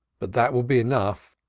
but that will be enough,